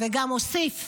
וגם אוסיף